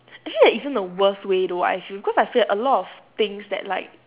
actually there isn't a worst way though I feel because I feel that a lot of things that like